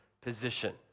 position